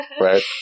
Right